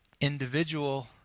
individual